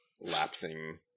lapsing